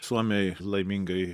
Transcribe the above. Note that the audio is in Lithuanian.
suomiai laimingai